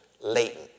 latent